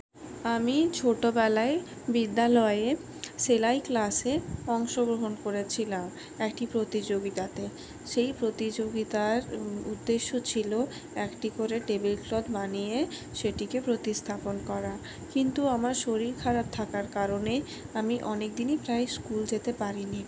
আমি ছোটবেলায় বিদ্যালয়ে সেলাই ক্লাসে অংশগ্রহণ করেছিলাম একটি প্রতিযোগিতাতে সেই প্রতিযোগিতার উদ্দেশ্য ছিল একটি করে টেবিলক্লথ বানিয়ে সেটিকে প্রতিস্থাপন করা কিন্তু আমার শরীর খারাপ থাকার কারণে আমি অনেকদিনই প্রায় স্কুল যেতে পারিনি